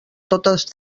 totes